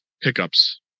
pickups